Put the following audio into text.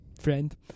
friend